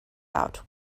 out